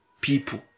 people